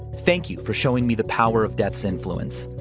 thank you for showing me the power of death's influence.